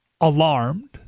alarmed